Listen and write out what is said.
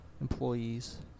employees